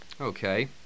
Okay